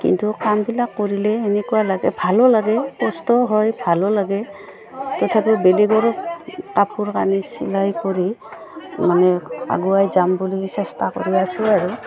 কিন্তু কামবিলাক কৰিলে সেনেকুৱা লাগে ভালো লাগে কষ্টও হয় ভালো লাগে তথাপি বেলেগৰো কাপোৰ কানি চিলাই কৰি মানে আগুৱাই যাম বুলি চেষ্টা কৰি আছোঁ আৰু